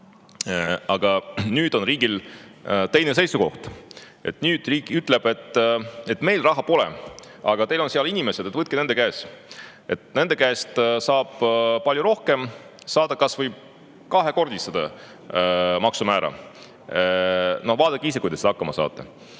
Aga nüüd on riigil teine seisukoht, nüüd riik ütleb, et meil raha pole, aga teil on seal inimesed, võtke nende käest. Nende käest saab palju rohkem, saate kas või kahekordistada maksumäära. Igatahes vaadake ise, kuidas hakkama saate. See,